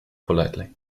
politely